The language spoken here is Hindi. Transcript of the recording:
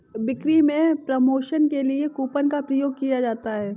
बिक्री में प्रमोशन के लिए कूपन का प्रयोग किया जाता है